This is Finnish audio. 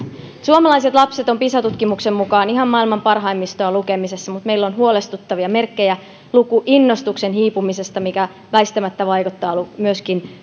suomalaiset lapset ovat pisa tutkimuksen mukaan ihan maailman parhaimmistoa lukemisessa mutta meillä on huolestuttavia merkkejä lukuinnostuksen hiipumisesta mikä väistämättä vaikuttaa myöskin